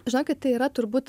žinokit tai yra turbūt